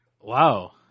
Wow